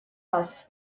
раз